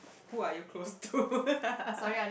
who are you close to